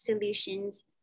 solutions